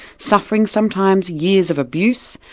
suffering, sometimes years of abuse,